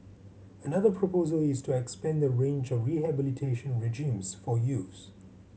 another proposal is to expand the range of rehabilitation regimes for youths